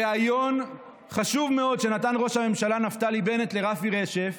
בריאיון חשוב מאוד שנתן ראש הממשלה נפתלי בנט לרפי רשף